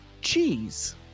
cheese